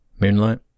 Moonlight